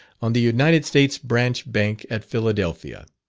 on the united states branch bank, at philadelphia.